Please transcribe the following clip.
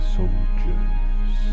soldiers